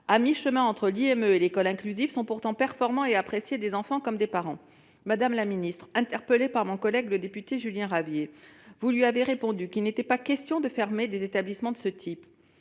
médico-éducatif (IME) et l'école inclusive, sont pourtant performants et appréciés des enfants comme des parents. Madame la secrétaire d'État, interpellée par mon collègue député Julien Ravier, vous avez répondu qu'il n'était pas question de fermer les établissements de ce type.